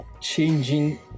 changing